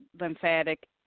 lymphatic